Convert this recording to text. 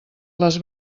les